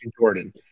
Jordan